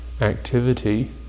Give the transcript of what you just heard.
activity